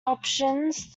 options